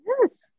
yes